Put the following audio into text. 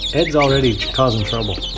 ed's already causing trouble.